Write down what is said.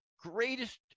greatest